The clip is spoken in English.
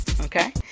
okay